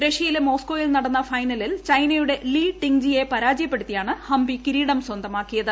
റഷ്യയിലെ മോസ്ക്കോയിൽ നടന്ന ഫൈനലിൽ ചൈനയുടെ ലീ ടിങ്ജിയെ പരാജയപ്പെടുത്തിയാണ് ഹംപി കിരീടം സ്വന്തമാക്കിയത്